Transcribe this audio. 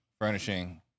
furnishing